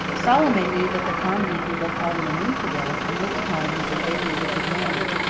salome knew that the carmody people called him an infidel, and looked upon him as a very wicked man.